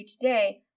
today